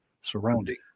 surrounding